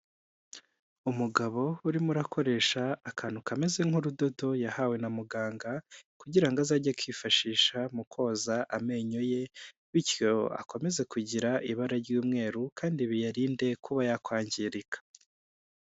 Umugabo urimo urakoresha akantu kameze nk'urudodo yahawe na muganga kugira ngo azajye akifashisha mu koza amenyo ye bityo akomeze kugira ibara ry'umweru kandi biyarinde kuba yakwangirika.